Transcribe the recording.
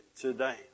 today